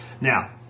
Now